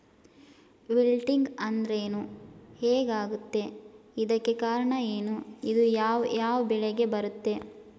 Wilting ಅಂದ್ರೇನು? ಹೆಗ್ ಆಗತ್ತೆ? ಇದಕ್ಕೆ ಕಾರಣ ಏನು? ಇದು ಯಾವ್ ಯಾವ್ ಬೆಳೆಗೆ ಬರುತ್ತೆ?